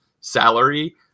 salary